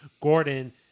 Gordon